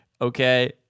okay